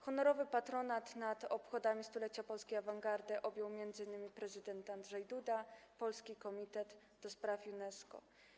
Honorowy patronat nad obchodami 100-lecia polskiej awangardy objęli m.in. prezydent Andrzej Duda i Polski Komitet ds. UNESCO.